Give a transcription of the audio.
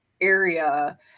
area